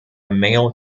male